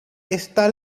está